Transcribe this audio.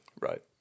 Right